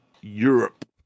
europe